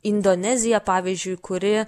indonezija pavyzdžiui kuri